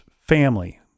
family